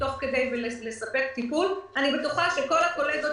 אני בטוחה שכל הקולגות שלי,